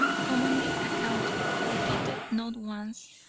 commonly accounted, repeated not once,